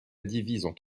divisent